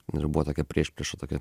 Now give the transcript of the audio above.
ir buvo tokia priešprieša tokia